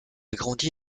grandi